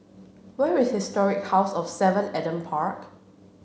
where is Historic House of seven Adam Park